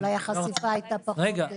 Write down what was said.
אולי החשיפה הייתה פחותה.